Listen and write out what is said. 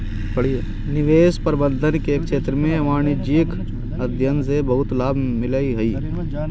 निवेश प्रबंधन के क्षेत्र में वाणिज्यिक अध्ययन से बहुत लाभ मिलऽ हई